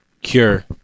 cure